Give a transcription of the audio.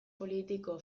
politiko